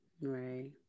Right